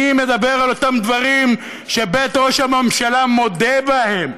אני מדבר על אותם דברים שבית ראש הממשלה מודה בהם,